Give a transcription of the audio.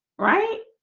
right,